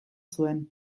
zuen